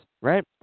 right